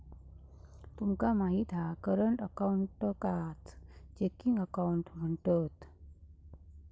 तुमका माहित हा करंट अकाऊंटकाच चेकिंग अकाउंट म्हणतत